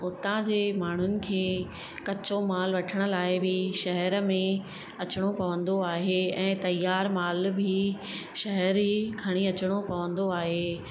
उतां जे माण्हुनि खे कचो माल वठण लाइ बि शहर में अचणो पवंदो आहे ऐं तयारु माल बि शहर ई खणी अचणो पवंदो आहे